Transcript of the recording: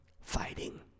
fighting